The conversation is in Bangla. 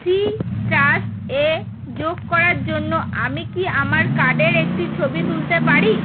সিট্রাস এ যোগ করার জন্য আমি কি আমার কার্ডের একটি ছবি তুলতে পারি